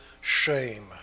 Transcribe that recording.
shame